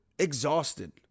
Exhausted